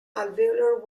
alveolar